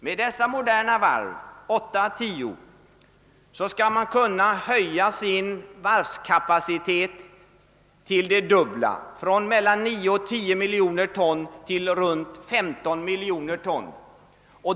Med dessa 8 å 10 moderna nya varv skall man kunna höja sin varvskapacitet till det dubbla, d.v.s. till i runt tal 15 miljoner ton.